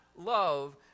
love